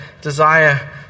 desire